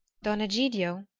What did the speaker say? don egidio!